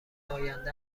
آینده